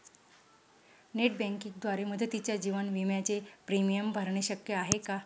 Net बँकिंगद्वारे मुदतीच्या जीवन विम्याचे प्रीमियम भरणे शक्य आहे का?